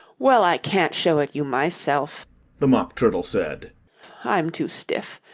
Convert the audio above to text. well, i can't show it you myself the mock turtle said i'm too stiff.